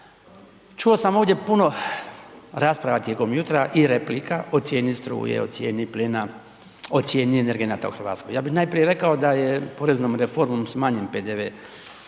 Čuo sam ovdje puno rasprava tijekom jutra i replika o cijeni struje, o cijeni plina, o cijeni energenata u Hrvatskoj. Ja bih najprije rekao da je poreznom reformom smanjen PDV